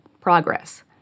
progress